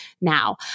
now